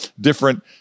different